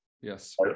Yes